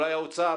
אולי האוצר